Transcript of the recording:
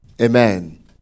Amen